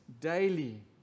daily